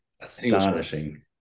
astonishing